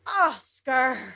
Oscar